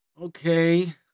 okay